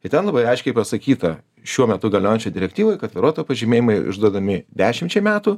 ir ten labai aiškiai pasakyta šiuo metu galiojančioj direktyvoj kad vairuotojo pažymėjimai išduodami dešimčiai metų